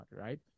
right